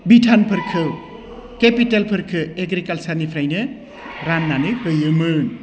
बिथोनफोरखौ केपिटेलफोरखौ एग्रिकालसारनिफ्रायनो राननानै होयोमोन